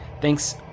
Thanks